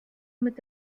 mit